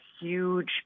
huge